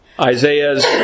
Isaiah's